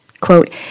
Quote